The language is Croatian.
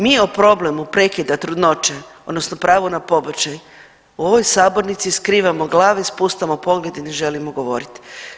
Mi o problemu prekida trudnoće odnosno pravo na pobačaj u ovoj sabornici skrivamo glave, spuštamo pogled i ne želimo govorit.